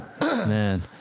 man